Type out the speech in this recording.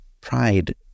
Pride